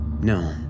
No